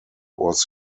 was